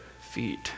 feet